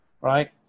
right